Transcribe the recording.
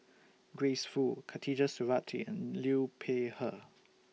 Grace Fu Khatijah Surattee and Liu Peihe